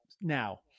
Now